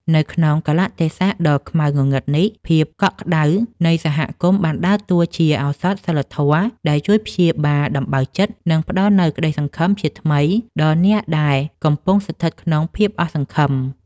នៅក្នុងកាលៈទេសៈដ៏ខ្មៅងងឹតនេះ ភាពកក់ក្ដៅនៃសហគមន៍បានដើរតួជា ឱសថសីលធម៌ ដែលជួយព្យាបាលដំបៅចិត្ត និងផ្ដល់នូវក្ដីសង្ឃឹមជាថ្មីដល់អ្នកដែលកំពុងស្ថិតក្នុងភាពអស់សង្ឃឹម។